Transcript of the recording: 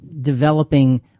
developing –